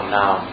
now